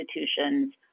institutions